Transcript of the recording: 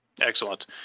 Excellent